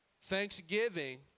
Thanksgiving